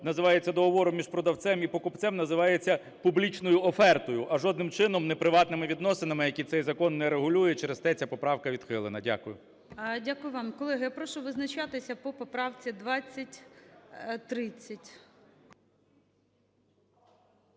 називається договором між продавцем і покупцем, називається публічною офертою, а жодним чином не приватними відносинами, які цей закон не регулює, через те ця поправка відхилена. Дякую. ГОЛОВУЮЧИЙ. Дякую вам. Колеги, я прошу визначатися по поправці 2030.